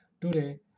today